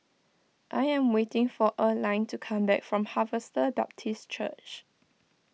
I am waiting for Earline to come back from Harvester Baptist Church